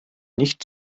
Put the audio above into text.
nicht